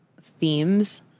themes